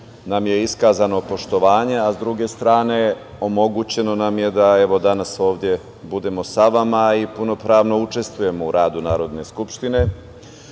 nam je iskazano poštovanje, a s druge strane, omogućeno nam je da evo danas ovde budemo sa vama i punopravno učestvujemo u radu Narodne skupštine,